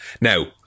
Now